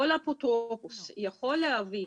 כל אפוטרופוס יכול להביא,